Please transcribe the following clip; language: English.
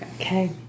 Okay